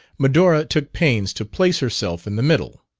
medora took pains to place herself in the middle.